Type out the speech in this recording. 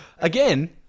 Again